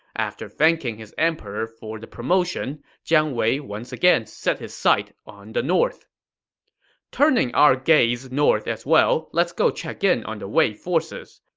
after thanking his emperor for the promotion, jiang wei once again set his sight on the north turning our gaze north as well, let's go check in on the wei forces.